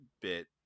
bit